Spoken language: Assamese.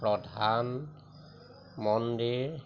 প্ৰধান মন্দিৰ